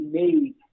made